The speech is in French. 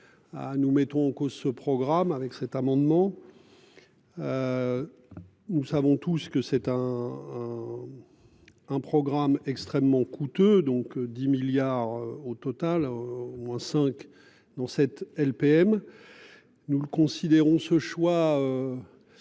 nous mettons en cause ce programme avec cet amendement. Nous savons tous que c'est un. Un programme extrêmement coûteux, donc 10 milliards au total au moins cinq dans cette LPM. Nous le considérons ce choix.